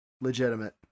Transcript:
legitimate